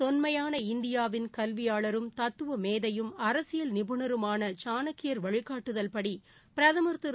தொன்மையான இந்தியாவின் கல்வியாளரும் தத்துவ மேதையும் அரசியல் நிபுணருமான சாணக்கியர் வழிகாட்டுதவ்படி பிரதம் திரு